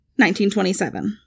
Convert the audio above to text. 1927